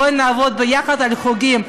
בואו נעבוד יחד על חוגים.